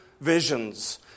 visions